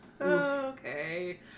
okay